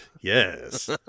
Yes